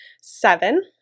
seven